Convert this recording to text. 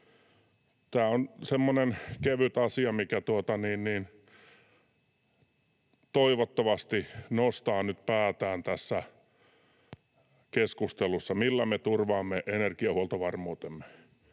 Tämä on semmoinen kevyt asia, mikä toivottavasti nostaa nyt päätään tässä keskustelussa, millä me turvaamme energiahuoltovarmuutemme.